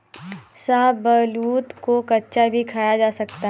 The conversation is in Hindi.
शाहबलूत को कच्चा भी खाया जा सकता है